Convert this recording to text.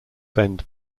bend